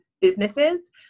businesses